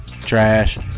trash